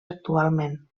actualment